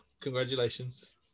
Congratulations